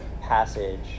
passage